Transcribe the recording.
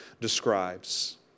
describes